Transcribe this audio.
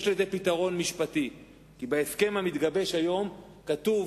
יש לזה פתרון משפטי, כי בהסכם שמתגבש היום כתוב